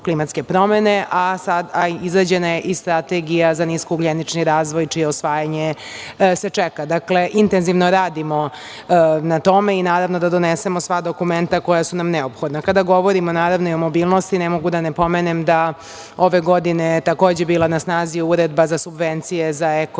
klimatske promene, a izgrađena je i strategija za nisko-ugljenički razvoj, čije usvajanje se čeka. Dakle, intenzivno radimo na tome i naravno da donesemo sva dokumenta koja su nam neophodna. Kada govorimo o mobilnosti ne mogu da ne pomenem da ove godine takođe je bila na snazi Uredba za subvencije za eko i